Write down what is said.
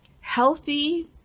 healthy